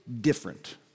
different